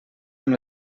amb